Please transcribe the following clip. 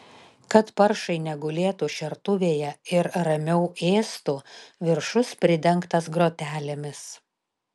kad paršai negulėtų šertuvėje ir ramiau ėstų viršus pridengtas grotelėmis